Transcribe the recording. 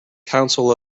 council